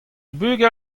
bugel